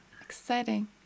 Exciting